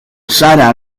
sara